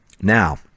now